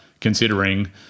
considering